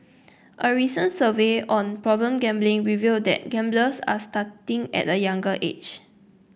a recent survey on problem gambling revealed that gamblers are starting at a younger age